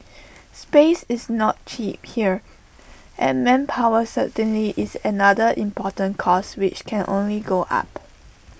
space is not cheap here and manpower certainly is another important cost which can only go up